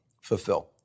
fulfill